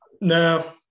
no